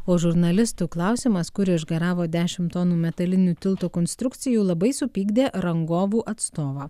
o žurnalistų klausiamas kur išgaravo dešimt tonų metalinių tilto konstrukcijų labai supykdė rangovų atstovą